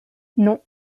non